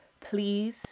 Please